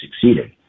succeeded